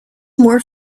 more